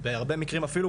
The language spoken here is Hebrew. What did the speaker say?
בהרבה מקרים אפילו,